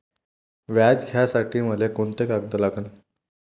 व्याज घ्यासाठी मले कोंते कागद लागन?